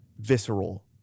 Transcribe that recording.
visceral